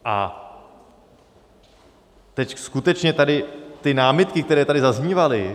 A teď skutečně námitky, které tady zaznívaly.